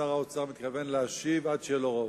שר האוצר מתכוון להשיב עד שיהיה לו רוב.